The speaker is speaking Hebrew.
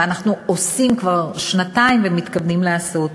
מה אנחנו עושים כבר שנתיים ומתכוונים לעשות,